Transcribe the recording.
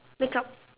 makeup